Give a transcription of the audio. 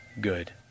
good